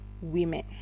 women